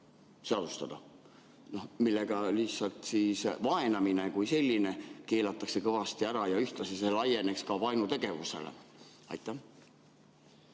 seadustada, millega vaenamine kui selline keelatakse kõvasti ära ja ühtlasi see laieneks ka vaenutegevusele? Tänan,